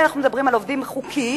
אם מדברים על עובדים חוקיים,